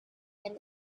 and